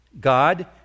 God